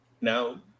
now